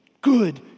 good